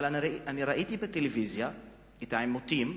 אבל ראיתי בטלוויזיה את העימותים,